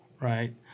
right